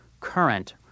current